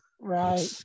Right